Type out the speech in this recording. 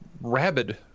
rabid